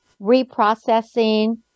reprocessing